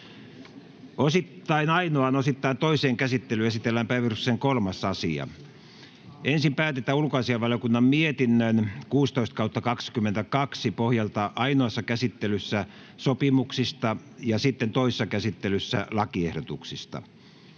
ainoaan, osittain toiseen käsittelyyn esitellään päiväjärjestyksen 3. asia. Ensin päätetään ulkoasiainvaliokunnan mietinnön UaVM 16/2022 vp pohjalta ainoassa käsittelyssä sopimuksista ja sitten toisessa käsittelyssä lakiehdotuksista.